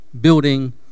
building